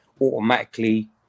automatically